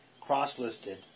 cross-listed